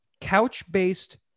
couch-based